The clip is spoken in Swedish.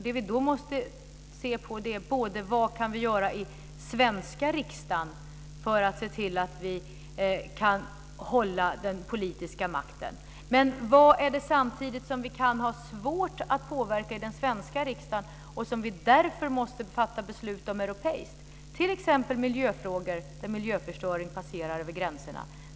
Det som vi måste se på är dels vad vi kan göra i den svenska riksdagen för att se till att den kan hålla den politiska makten, dels vad vi kan ha svårt att påverka i den svenska riksdagen och som vi därför måste fatta beslut om europeiskt. Det gäller t.ex. miljöfrågor när miljöförstöring sprider sig över gränserna.